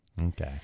Okay